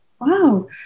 Wow